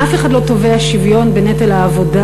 אף אחד לא תובע שוויון בנטל העבודה